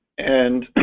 and